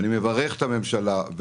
אני מברך את הממשלה,